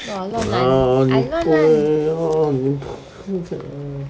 got lot of time I no lan